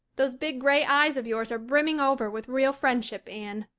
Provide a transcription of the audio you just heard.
those big gray eyes of yours are brimming over with real friendship, anne.